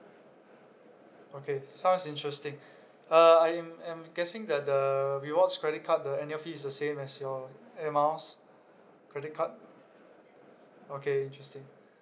okay sounds interesting uh I'm I'm guessing that the rewards credit card the annual fee is the same as your airmiles credit card okay interesting